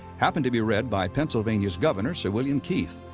happened to be read by pennsylvania's governor sir william keith.